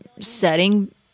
setting